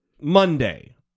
Monday